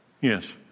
Yes